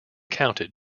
counted